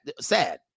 Sad